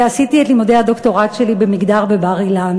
עשיתי את לימודי הדוקטורט שלי במגדר בבר-אילן.